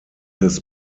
his